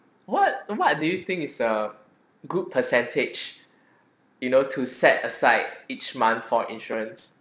what what do you think is a good percentage you know to set aside each month for insurance